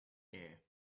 air